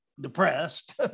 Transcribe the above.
depressed